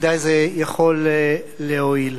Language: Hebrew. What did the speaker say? ודאי זה יכול להועיל.